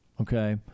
Okay